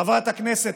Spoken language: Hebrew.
חברת הכנסת,